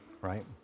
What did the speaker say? right